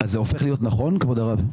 אז זה הופך להיות נכון, כבוד הרב?